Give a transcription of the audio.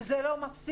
וזה לא מפסיק.